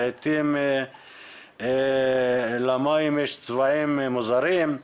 לעיתים למים יש צבעים מוזרים,